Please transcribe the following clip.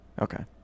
okay